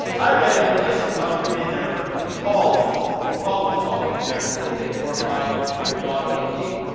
i read in galatians, i was reading there where paul was paul was talking in there and it said they glorified the god in me.